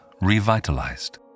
revitalized